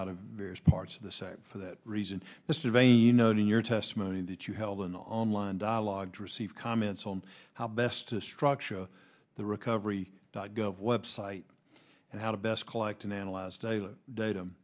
out of various parts of the site for that reason the survey you note in your testimony that you held an online dialogue to receive comments on how best to structure the recovery dot gov website and how to best collect